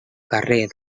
carrer